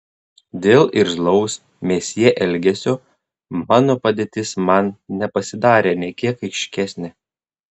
dėl irzlaus mesjė elgesio mano padėtis man nepasidarė nė kiek aiškesnė